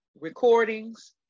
recordings